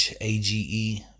age